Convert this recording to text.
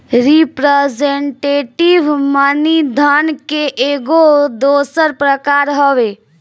representative money धन के एगो दोसर प्रकार हवे